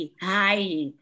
hi